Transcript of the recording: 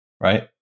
right